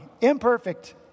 Imperfect